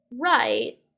Right